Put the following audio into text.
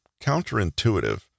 counterintuitive